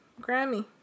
Grammy